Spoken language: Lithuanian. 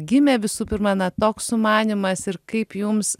gimė visų pirma na toks sumanymas ir kaip jums